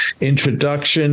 introduction